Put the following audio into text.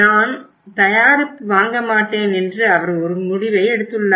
நான் தயாரிப்பு வாங்க மாட்டேன் என்று அவர் ஒரு முடிவை எடுத்துள்ளார்